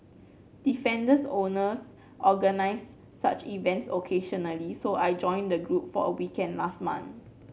defenders owners organise such events occasionally so I joined the group for a weekend last month